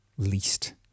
Least